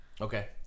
Okay